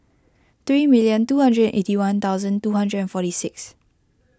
three million two hundred eighty one thousand two hundred forty six